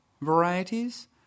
varieties